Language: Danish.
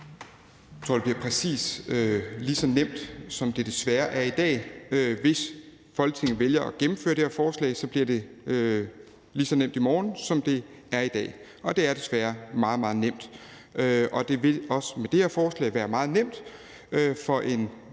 det bliver præcis lige så nemt, som det desværre er i dag. Hvis Folketinget vælger at gennemføre det her forslag, vil det være lige så nemt i morgen, som det er i dag – og det er desværre meget, meget nemt. Og det vil også med det her forslag være meget nemt for en